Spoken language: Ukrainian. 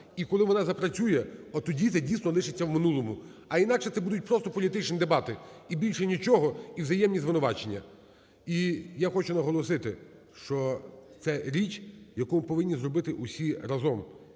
і, коли вона запрацює от тоді це дійсно лишиться в минулому, а інакше це будуть просто політичні дебати і більше нічого, і взаємні звинувачення. І я хочу наголосити, що це річ, яку повинні зробити всі разом